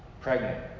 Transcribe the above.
Pregnant